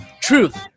truth